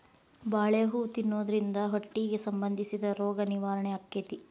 ಬಾಳೆ ಹೂ ತಿನ್ನುದ್ರಿಂದ ಹೊಟ್ಟಿಗೆ ಸಂಬಂಧಿಸಿದ ರೋಗ ನಿವಾರಣೆ ಅಕೈತಿ